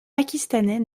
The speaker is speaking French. pakistanais